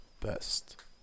best